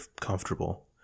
comfortable